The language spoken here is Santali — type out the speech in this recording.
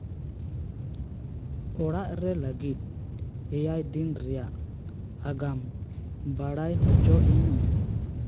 ᱚᱲᱟᱜᱨᱮ ᱞᱟᱹᱜᱤᱫ ᱮᱭᱟᱭ ᱫᱤᱱ ᱨᱮᱭᱟᱜ ᱟᱜᱟᱢ ᱵᱟᱲᱟᱭ ᱦᱚᱪᱚ ᱤᱧ ᱢᱮ